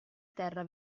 terra